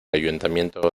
ayuntamiento